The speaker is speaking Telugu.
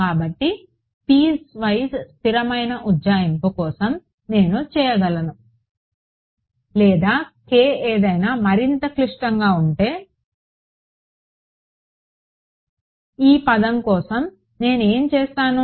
కాబట్టి పీస్వైజ్ స్థిరమైన ఉజ్జాయింపు కోసం నేను చేయగలను లేదా k ఏదైనా మరింత క్లిష్టంగా ఉంటే ఈ పదం కోసం నేను ఏమి చేస్తాను